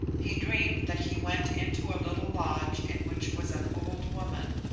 he dreamed that he went into a little lodge in which was an old woman.